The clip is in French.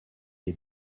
est